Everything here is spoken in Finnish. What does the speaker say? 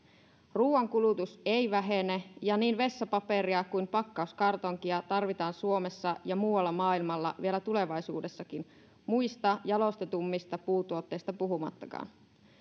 ruuankulutus ei vähene ja niin vessapaperia kuin pakkauskartonkia tarvitaan suomessa ja muualla maailmalla vielä tulevaisuudessakin muista jalostetummista puutuotteista puhumattakaan